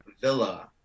Villa